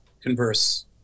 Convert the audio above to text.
converse